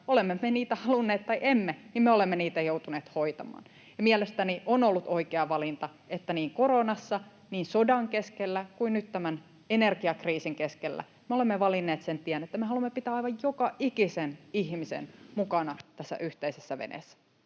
olemme me niitä halunneet tai emme, me olemme niitä joutuneet hoitamaan. Ja mielestäni on ollut oikea valinta, että niin koronassa, niin sodan keskellä kuin nyt tämän energiakriisin keskellä me olemme valinneet sen tien, että me haluamme pitää aivan joka ikisen ihmisen mukana tässä yhteisessä veneessä.